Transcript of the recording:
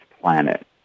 planet